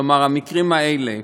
כלומר המקרים האלה.